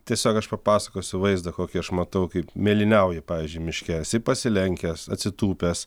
tiesiog aš papasakosiu vaizdą kokį aš matau kaip mėlyniauji pavyzdžiui miške esi pasilenkęs atsitūpęs